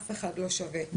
אף אחד לא שווה.